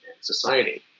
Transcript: Society